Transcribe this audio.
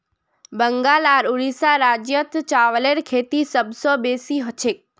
बंगाल आर उड़ीसा राज्यत चावलेर खेती सबस बेसी हछेक